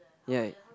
ya